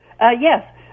Yes